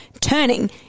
turning